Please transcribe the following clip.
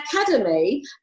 academy